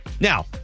Now